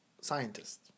scientists